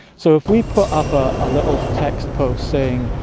so if we put up a ah little text post saying,